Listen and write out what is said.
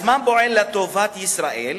הזמן פועל לטובת ישראל,